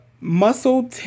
muscle